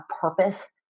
purpose